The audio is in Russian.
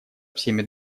всеми